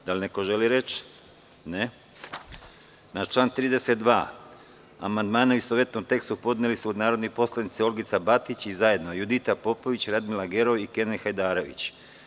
Da li neko želi reč? (Ne.) Na član 32. amandmane, u istovetnom tekstu, podneli su narodni poslanici Olgica Batić i zajedno Judita Popović, Radmila Gerov i Kenan Hajdarević.